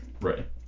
Right